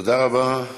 תודה רבה.